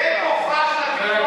זה כוחה של